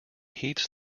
heats